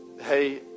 hey